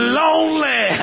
lonely